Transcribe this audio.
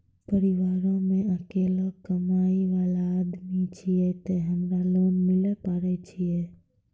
परिवारों मे अकेलो कमाई वाला आदमी छियै ते हमरा लोन मिले पारे छियै?